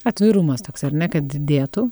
atvirumas toksai ar ne kad didėtų